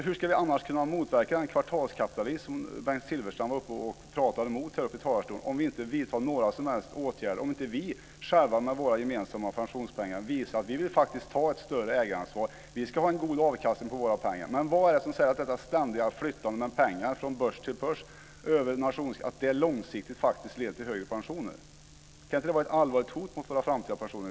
Hur ska vi annars kunna motverka den kvartalskapitalism som Bengt Silfverstrand talade emot i talarstolen - om vi inte vidtar några som helst åtgärder, om inte vi själva med våra gemensamma pensionspengar visar att vi faktiskt vill ha ett större ägaransvar och en god avkastning på våra pengar? Vad är det som säger att detta ständiga flyttande av pengar från börs till börs över nationsgränser långsiktigt leder till högre pensioner? Kan inte det i själva verket vara ett allvarligt hot mot våra framtida pensioner?